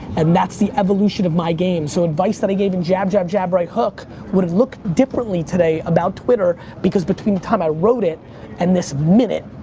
and that's the evolution of my game. so advice that i gave in jab, jab, jab, right hook would have looked differently today about twitter because between time i wrote it and this minute,